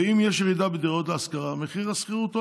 ואם יש ירידה בדירות להשכרה, מחיר השכירות עולה.